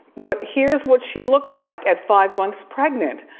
but here's what she looks like at five months pregnant.